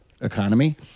economy